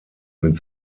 mit